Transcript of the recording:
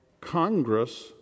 Congress